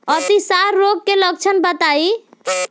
अतिसार रोग के लक्षण बताई?